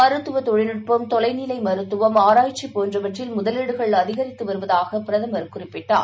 மருத்துவதொழில்நுட்பதொலைநிலைமருத்துவம் ஆராய்ச்சிபோன்றவற்றில் முதலீடுகள் அதிகரித்துவருவதாகபிரதமர் குறிப்பிட்டார்